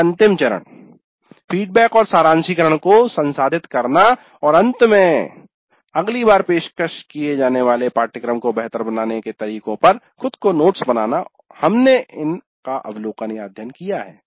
फिर अंतिम चरण फीडबैक और सारांशीकरण को संसाधित करना और अंत में अगली बार पेश किए जाने पर पाठ्यक्रम को बेहतर बनाने के तरीकों पर खुद को नोट्स बनाना हमने इनका अवलोकनअध्ययन किया है